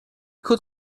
could